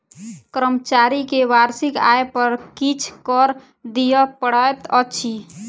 कर्मचारी के वार्षिक आय पर किछ कर दिअ पड़ैत अछि